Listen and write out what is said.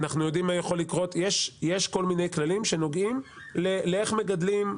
יש כל מיני כללים שנוגעים לאופן הגידול,